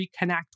reconnect